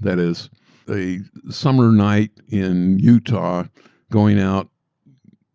that is a summer night in utah going out